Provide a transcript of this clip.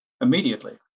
immediately